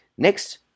Next